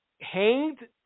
hanged